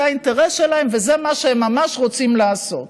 זה האינטרס שלהם וזה מה שהם ממש רוצים לעשות.